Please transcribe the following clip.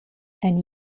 and